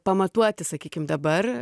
pamatuoti sakykim dabar